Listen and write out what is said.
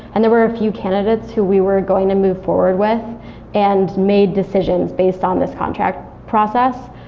and there were a few candidates who we were going to move forward with and made decisions based on this contract process,